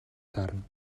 таарна